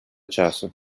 часу